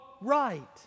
right